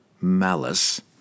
Malice